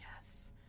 yes